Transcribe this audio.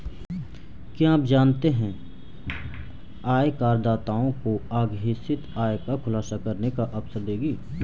क्या आप जानते है आयकरदाताओं को अघोषित आय का खुलासा करने का अवसर देगी?